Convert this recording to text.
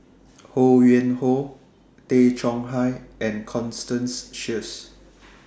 Ho Yuen Hoe Tay Chong Hai and Constance Sheares